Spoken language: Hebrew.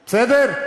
בסדר?